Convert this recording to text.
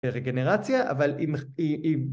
‫ברגנרציה, אבל אם...